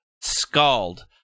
scald